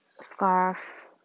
Scarf